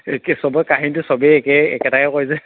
একে চবৰে কাহিনীটো চবেই একে একেটায়ে কয় যে